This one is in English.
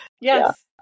Yes